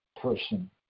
Person